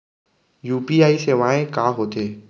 UPI सेवाएं का होथे?